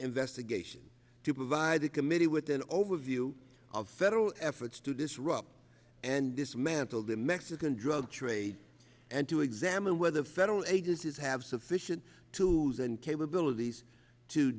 investigation to provide the committee with an overview of federal efforts to disrupt and dismantle the mexican drug trade and to examine whether federal agencies have sufficient two thousand capabilities to